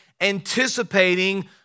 anticipating